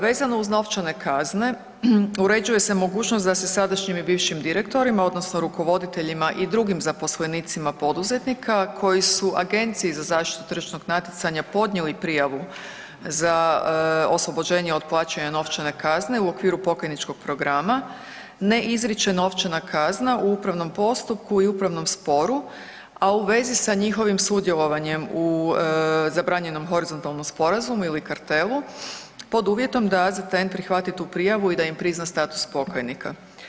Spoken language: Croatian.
Vezano uz novčane kazne uređuje se mogućnost da se sadašnjim i bivšim direktorima odnosno rukovoditeljima i drugim zaposlenicima poduzetnika koji su Agenciji za zaštitu tržišnog natjecanja podnijeli prijavu za oslobođenje od plaćanja novčane kazne u okviru pokajničkog programa ne izriče novčana kazna u upravnom postupku i upravnom sporu, a u vezi sa njihovim sudjelovanjem u zabranjenom horizontalnom sporazumu ili kartelu pod uvjetom da AZTN prihvati tu prijavu i da im prizna status pokajnika.